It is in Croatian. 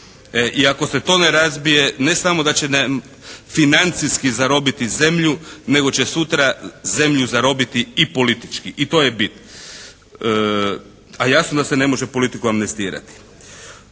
I ako se to ne razbije ne samo da će nam financijski zarobiti zemlju nego će sutra zemlju zarobiti i politički. I to je bit. A jasno da se ne može politiku amnestirati.